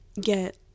get